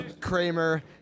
Kramer